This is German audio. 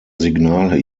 signale